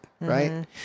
Right